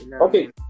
Okay